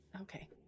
Okay